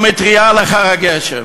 או מטרייה לאחר הגשם.